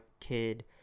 kid